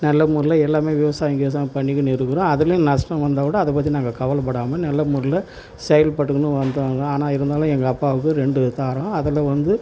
நல்ல முறையில் எல்லாமே விவசாயம் கிவசாயம் பண்ணிக்கின்னு இருக்கிறோம் அதிலையும் நஷ்டம் வந்தால்க்கூட அதை பற்றி நாங்கள் கவலைப்படாம நல்ல முறையில் செயல்பட்டுக்கின்னு வந்தோங்க ஆனால் இருந்தாலும் எங்கள் அப்பாவுக்கு ரெண்டு தாரம் அதில் வந்து